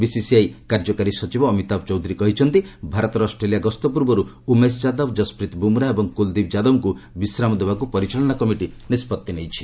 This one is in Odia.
ବିସିସିଆଇ କାର୍ଯ୍ୟକାରୀ ସଚିବ ଅମିତାଭ ଚୌଧୁରୀ କହିଛନ୍ତି ଭାରତର ଅଷ୍ଟ୍ରେଲିଆ ଗସ୍ତ ପୂର୍ବରୁ ଉମେଶ୍ ଯାଦବ ଯଶପ୍ରିତ୍ ବୁମ୍ରା ଏବଂ କୁଲ୍ଦୀପ ଯାଦବଙ୍କୁ ବିଶ୍ରାମ ଦେବାକୁ ପରିଚାଳନା କମିଟି ନିଷ୍ପଭି ନେଇଛି